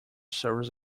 serves